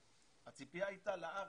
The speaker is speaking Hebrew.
הציפייה הייתה לארץ,